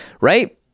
right